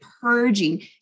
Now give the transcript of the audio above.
purging